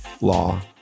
law